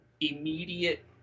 immediate